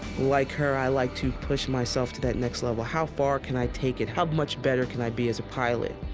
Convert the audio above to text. like her, i like to push myself to that next level. how far can i take it? how much better can i be as a pilot?